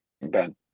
Ben